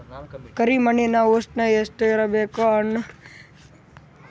ಕರಿ ಮಣ್ಣಿನ ಉಷ್ಣ ಎಷ್ಟ ಇರಬೇಕು ಹಣ್ಣು ಬಿತ್ತಿದರ?